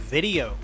Video